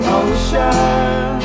ocean